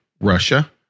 Russia